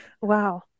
Wow